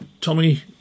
Tommy